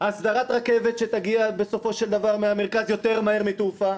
הסדרת רכבת שתגיע בסופו של דבר מהמרכז יותר מהר מתעופה,